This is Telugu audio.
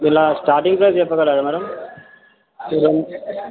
వీళ్ళ స్టార్టింగ్ ప్రైస్ చెప్పగలరా మేడం వీళ్ళ